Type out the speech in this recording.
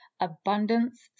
abundance